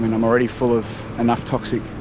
and i'm already full of enough toxic